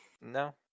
No